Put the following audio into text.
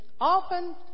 often